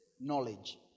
knowledge